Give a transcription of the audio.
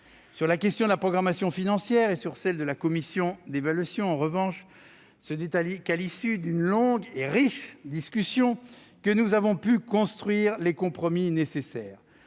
Sur la question de la programmation financière et sur celle de la commission d'évaluation, en revanche, ce n'est qu'à l'issue d'une longue et riche discussion que nous avons pu construire les compromis nécessaires.